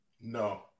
No